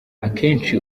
akenshi